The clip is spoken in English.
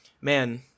man